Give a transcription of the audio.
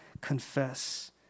confess